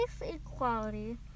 equality